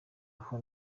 aho